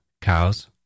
cows